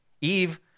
Eve